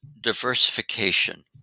diversification